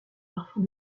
parfum